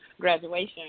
graduation